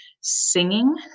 Singing